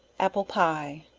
apple pie.